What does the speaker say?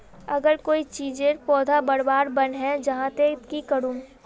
अगर कोई चीजेर पौधा बढ़वार बन है जहा ते की करूम?